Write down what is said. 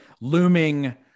looming